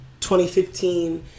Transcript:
2015